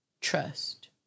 trust